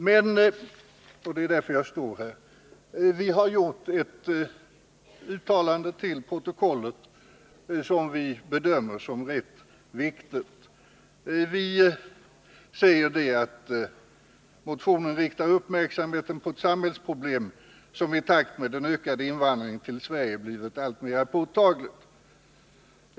Men vi har — och det är därför jag står här — gjort ett uttalande till protokollet, som vi bedömer som rätt viktigt. Vi säger att motionen riktar uppmärksamheten på ett samhällsproblem som i takt med ökad invandring till Sverige blivit alltmer påtagligt.